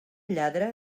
lladre